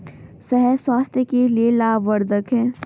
शहद स्वास्थ्य के लिए लाभवर्धक है